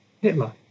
Hitler